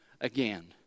again